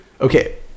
Okay